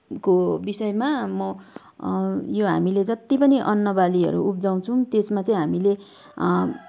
को विषयमा म यो हामीले जति पनि अन्नबालीहरू उब्जाउँछौँ त्यसमा चाहिँ हामीले